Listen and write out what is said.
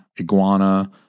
iguana